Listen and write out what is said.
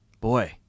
Boy